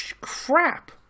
crap